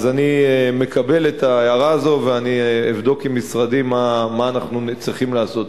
אני מקבל את ההערה הזאת ואני אבדוק עם משרדי מה אנחנו צריכים לעשות,